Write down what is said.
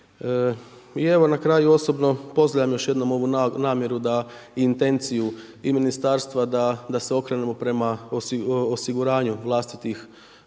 Na kraju osobno pozdravljam još jednom ovu namjeru da intenciju i ministarstva da se okrenemo prema osiguranju vlastitih